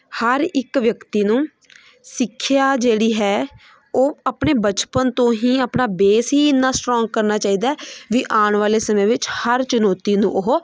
ਹਰ ਇੱਕ ਵਿਅਕਤੀ ਨੂੰ ਸਿੱਖਿਆ ਜਿਹੜੀ ਹੈ ਉਹ ਆਪਣੇ ਬਚਪਨ ਤੋਂ ਹੀ ਆਪਣਾ ਬੇਸ ਹੀ ਇੰਨਾ ਸਟਰੋਂਗ ਕਰਨਾ ਚਾਹੀਦਾ ਵੀ ਆਉਣ ਵਾਲੇ ਸਮੇਂ ਵਿੱਚ ਹਰ ਚੁਣੌਤੀ ਨੂੰ ਉਹ